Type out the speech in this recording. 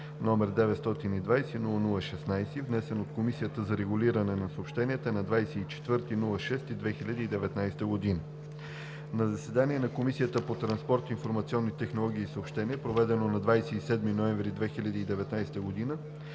г., № 920-00-16, внесен от Комисията за регулиране на съобщенията на 24 юни 2019 г. На заседание на Комисията по транспорт, информационни технологии и съобщения, проведено на 27 ноември 2019 г.,